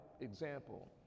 example